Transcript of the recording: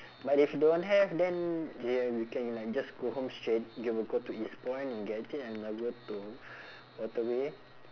but if don't have then yeah we can like just go home straight you will go to eastpoint and get it and I'll go to waterway